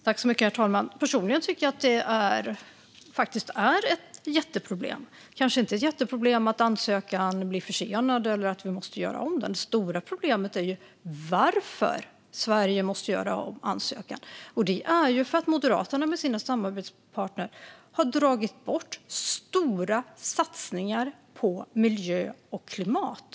Herr talman! Personligen tycker jag att detta faktiskt är ett jätteproblem. Det är kanske inte ett jätteproblem att ansökan blir försenad eller att vi måste göra om den, utan det stora problemet är anledningen till att Sverige måste göra om ansökan. Detta beror ju på att Moderaterna med sina samarbetspartner har dragit bort stora satsningar på miljö och klimat.